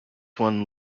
one